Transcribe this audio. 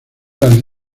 las